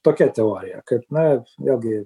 tokia teorija kad na vėlgi